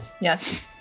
Yes